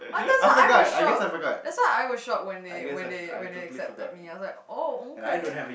that's why I was shock that's why I was shock when they when they when they accepted me I was like okay